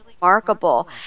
remarkable